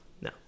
No